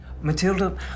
Matilda